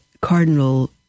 Cardinal